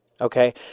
Okay